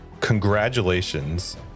congratulations